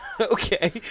Okay